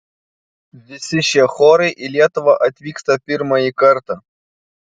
visi šie chorai į lietuvą atvyksta pirmąjį kartą